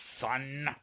son